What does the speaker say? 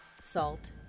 Salt